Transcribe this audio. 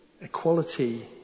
equality